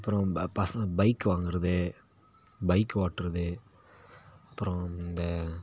அப்புறம் ப பசங்கள் பைக்கு வாங்குறது பைக்கு ஓட்டுறது அப்புறம் இந்த